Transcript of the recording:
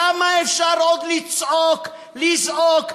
כמה אפשר עוד לצעוק, לזעוק?